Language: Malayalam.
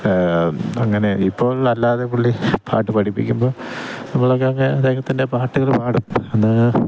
അങ്ങനെ ഇപ്പോൾ അല്ലാതെ പുള്ളി പാട്ടു പഠിപ്പിക്കുമ്പം നമ്മളൊക്കെ അങ്ങ് അദ്ദേഹത്തിൻ്റെ പാട്ടുകൾ പാടും അന്ന്